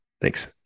Thanks